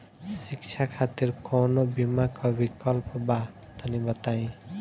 शिक्षा खातिर कौनो बीमा क विक्लप बा तनि बताई?